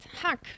hack